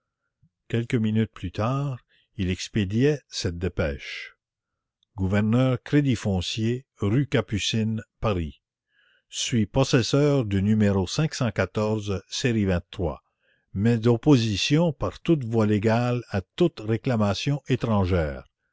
quelques minutes plus tard il expédiait cette dépêche gouverneur crédit foncier rue capucines paris suis possesseur du numéro série mais d'opposition par toutes voies légales à toute réclamation étrangère